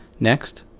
next,